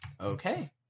Okay